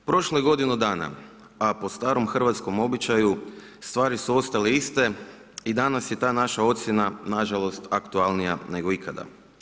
Prošlo je godinu dana, a po starom hrvatskom običaju, stvari su ostale iste i danas je ta naša ocjena nažalost aktualnija nego ikada.